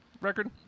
record